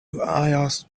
asked